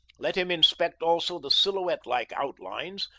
let him inspect also the silhouette-like outlines,